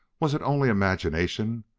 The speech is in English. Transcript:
was it only imagination,